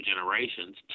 Generations